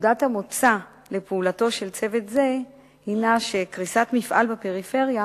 נקודת המוצא לפעולתו של צוות זה היא שקריסת מפעל בפריפריה